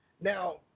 Now